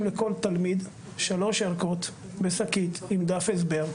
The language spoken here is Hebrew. לכל תלמיד שלוש ערכות בשקית עם דף הסבר.